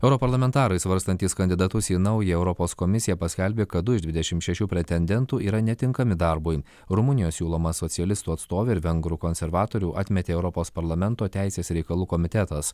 europarlamentarai svarstantys kandidatus į naują europos komisiją paskelbė kad du iš dvidešim šešių pretendentų yra netinkami darbui rumunijos siūloma socialistų atstovę ir vengrų konservatorių atmetė europos parlamento teisės reikalų komitetas